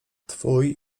twój